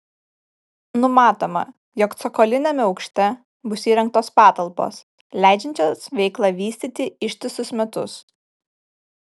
numatoma jog cokoliniame aukšte bus įrengtos patalpos leidžiančios veiklą vystyti ištisus metus